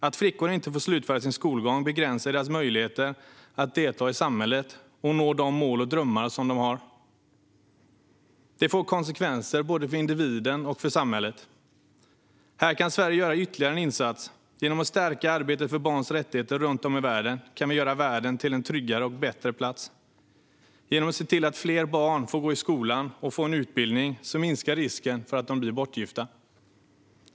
Att flickor inte får slutföra sin skolgång begränsar deras möjligheter att delta i samhället och att nå de mål och drömmar som de har. Det får konsekvenser, både för individen och för samhället. Här kan Sverige göra ytterligare en insats. Genom att stärka arbetet för barns rättigheter runt om i världen kan vi göra världen till en tryggare och bättre plats. Genom att se till att fler barn går i skolan och får en utbildning minskar risken för att de blir bortgifta.